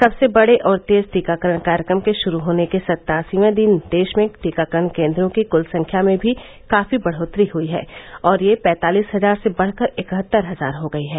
सबसे बडे और तेज टीकाकरण कार्यक्रमके शुरू होने के सत्तासीवें दिन देश में टीकाकरण केन्द्रों की कुल संख्या में भी काफी बढोत्तरी हुई है और यह पैतालीस हजार से बढकर इकहत्तर हजार हो गई है